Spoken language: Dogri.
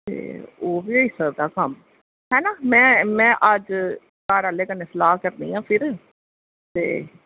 ते ओह्बी होई सकदा कम्म ऐ ना ते में अज्ज में अज्ज घर आह्ले कन्नै सलाह् करनी आं फिर